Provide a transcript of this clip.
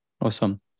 Awesome